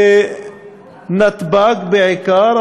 בנתב"ג בעיקר,